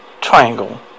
Triangle